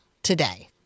Today